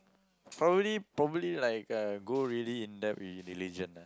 probably probably like uh go really in depth in religion ah